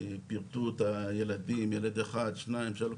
פירטו את הילדים, ילד אחד, שניים, שלושה.